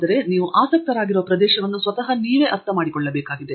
ಆದರೆ ನೀವು ಆಸಕ್ತರಾಗಿರುವ ಪ್ರದೇಶವನ್ನು ಸ್ವತಃ ನೀವು ಅರ್ಥ ಮಾಡಿಕೊಳ್ಳಬೇಕಾಗಿದೆ